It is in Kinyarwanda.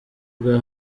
bwa